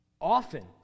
Often